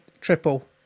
triple